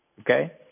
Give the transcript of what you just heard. Okay